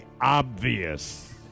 obvious